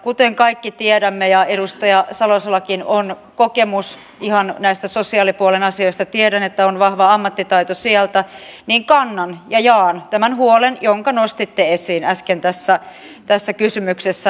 kuten kaikki tiedämme ja edustaja salosellakin on kokemusta ihan näistä sosiaalipuolen asioista tiedän että on vahva ammattitaito sieltä niin kannan ja jaan tämä huolen jonka nostitte esiin äsken tässä kysymyksessänne